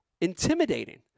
intimidating